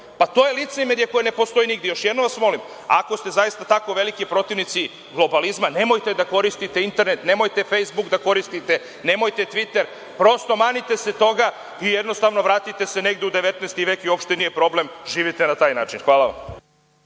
Pa to je licemerje koje ne postoji nigdeJoš jednom vas molim, ako ste zaista tako veliki protivnici globalizma, nemojte da koristite internet, nemojte „Fejsbuk“ da koristite, nemojte „Tviter“, prosto, manite se toga i jednostavno vratite se negde u 19. vek, uopšte nije problem, živite na taj način. Hvala vam.